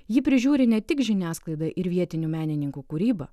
ji prižiūri ne tik žiniasklaidą ir vietinių menininkų kūrybą